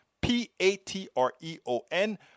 P-A-T-R-E-O-N